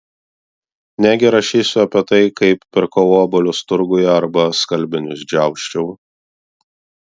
negi rašysiu apie tai kaip pirkau obuolius turguje arba skalbinius džiausčiau